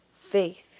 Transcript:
faith